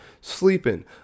sleeping